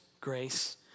Grace